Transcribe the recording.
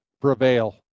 prevail